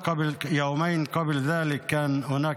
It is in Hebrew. ברציפות מאז פרוץ המלחמה לפני שנה